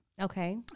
Okay